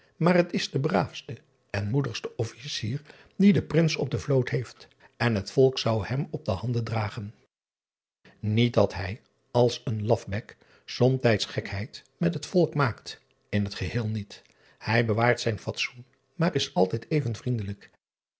maar het is de braafste en moedigste officier dien de rins op de vloot heeft n het volk zou hem op de han driaan oosjes zn et leven van illegonda uisman den dragen iet dat hij als een lafbek somtijds gekheid met het volk maakt in het geheel niet hij bewaart zijn fatsoen maar is altijd even vriendelijk